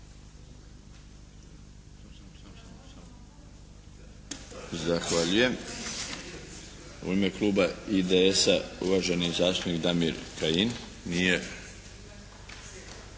Zahvaljujem. U ime kluba IDS-a uvaženi zastupnik Damir Kajin. Nije